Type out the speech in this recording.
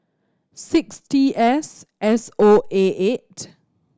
six T S S O A eight